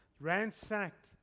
ransacked